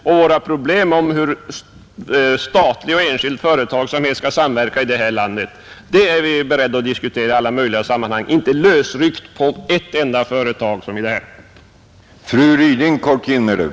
Frågan om hur statlig och enskild företagsamhet skall samverka i detta land är vi beredda att diskutera i alla möjliga sammanhang, dock inte lösryckt när det gäller ett enda företag.